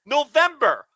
November